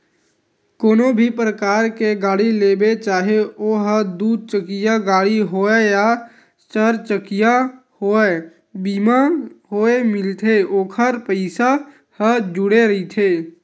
कोनो भी परकार के गाड़ी लेबे चाहे ओहा दू चकिया गाड़ी होवय या चरचकिया होवय बीमा होय मिलथे ओखर पइसा ह जुड़े रहिथे